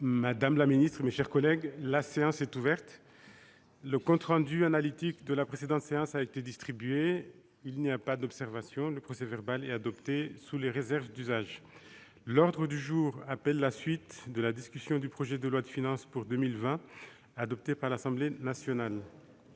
La séance est ouverte. Le compte rendu analytique de la précédente séance a été distribué. Il n'y a pas d'observation ?... Le procès-verbal est adopté sous les réserves d'usage. L'ordre du jour appelle la suite de la discussion du projet de loi de finances pour 2020, adopté par l'Assemblée nationale